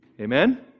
Amen